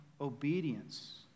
obedience